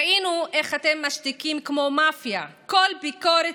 ראינו איך אתם משתיקים כמו מאפיה כל ביקורת